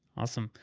awesome.